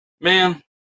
Man